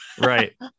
right